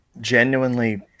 Genuinely